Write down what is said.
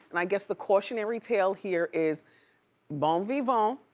and i guess the cautionary tale here is bon vivant,